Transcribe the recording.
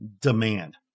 demand